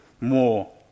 more